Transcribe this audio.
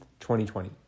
2020